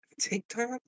TikTok